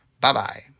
Bye-bye